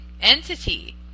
entity